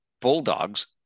Bulldogs